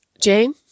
Jane